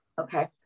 Okay